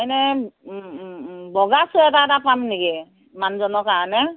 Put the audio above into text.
এনেই বগা চুৱেটাৰ এটা পাম নেকি মানুহজনৰ কাৰণে